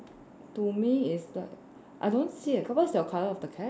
to me it's the I don't see eh what's your colour of the cap